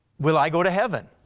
will i go to heaven?